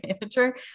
manager